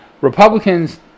Republicans